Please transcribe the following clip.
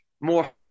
more